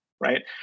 right